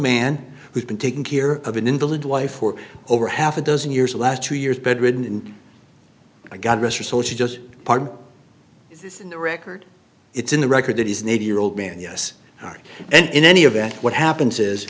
man who's been taking care of an invalid wife for over half a dozen years the last two years bedridden and god rest her soul she just parted in the record it's in the record that he's an eighty year old man yes and in any event what happens is